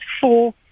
four